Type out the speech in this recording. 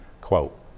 Quote